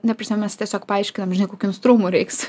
ta prasme mes tiesiog paaiškinam žinai kokių mums trumų reiks